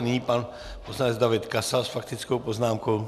Nyní pan poslanec David Kasal s faktickou poznámkou.